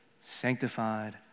sanctified